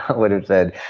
i would have said,